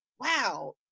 wow